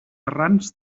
errants